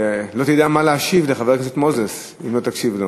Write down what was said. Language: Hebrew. לא תדע מה להשיב לחבר הכנסת מוזס אם לא תקשיב לו.